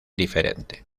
diferente